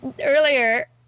earlier